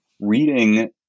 reading